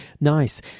Nice